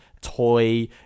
toy